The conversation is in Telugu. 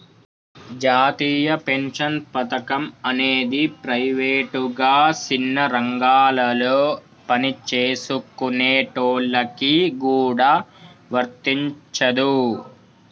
జాతీయ పెన్షన్ పథకం అనేది ప్రైవేటుగా సిన్న రంగాలలో పనిచేసుకునేటోళ్ళకి గూడా వర్తించదు